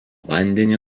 vandenį